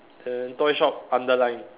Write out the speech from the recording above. then toy shop underline